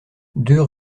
deux